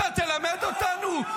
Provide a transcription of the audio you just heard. אתה תלמד אותנו?